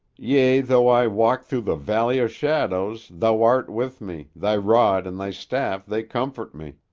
yea, though i walk through the valley of shadows, thou art with me, thy rod and thy staff they comfort me